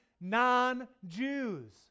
non-jews